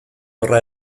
horra